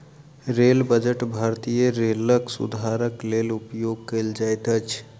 rail budget भारतीय रेलक सुधारक लेल उपयोग कयल जाइत अछि